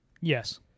Yes